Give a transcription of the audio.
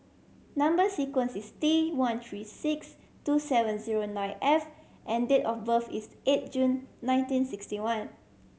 number sequence is T one three six two seven zero nine F and date of birth is eight June nineteen sixty one